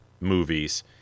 movies